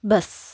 bus